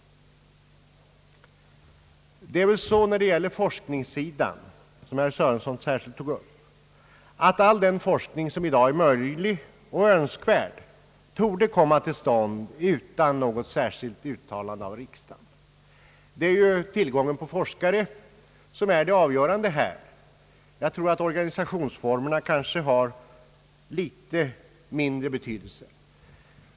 När det gäller forskningssidan, som herr Sörenson särskilt tog upp, är det väl så att all den forskning som i dag är möjlig och önskvärd torde komma till stånd utan något särskilt uttalande av riksdagen. Det är ju tillgången på forskare som här är det avgörande. Jag tror att organisationsformerna har litet mindre betydelse.